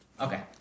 Okay